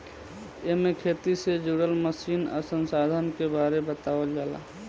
एमे खेती से जुड़ल मशीन आ संसाधन के बारे बतावल जाला